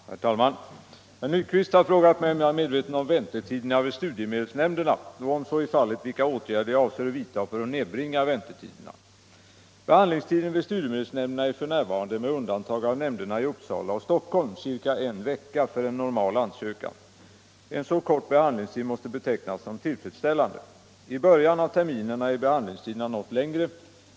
Herr talman! Herr Nyquist har frågat mig om jag är medveten om väntetiderna vid studiemedelsnämnderna och — om så är fallet — vilka åtgärder jag avser att vidta för att nedbringa väntetiderna. Behandlingstiden vid studiemedelsnämnderna är f. n. — med undantag av nämnderna i Uppsala och Stockholm — ca en vecka för en normal ansökan. En så kort behandlingstid måste betecknas som tillfredsställande. I början av terminerna är behandlingstiderna något längre.